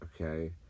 Okay